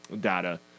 data